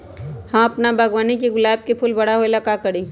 हम अपना बागवानी के गुलाब के फूल बारा होय ला का करी?